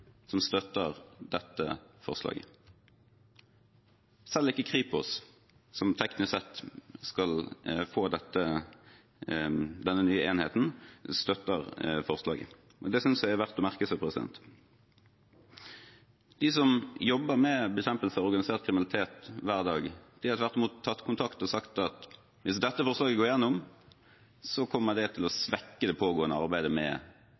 som støtter dette forslaget. Selv ikke Kripos, som teknisk sett skal få denne nye enheten, støtter forslaget. Det syns jeg er verdt å merke seg. De som jobber med bekjempelse av organisert kriminalitet hver dag, har tvert imot tatt kontakt og sagt at hvis dette forslaget går gjennom, kommer det til å svekke det pågående arbeidet med